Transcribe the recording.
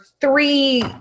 three